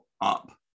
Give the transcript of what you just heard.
up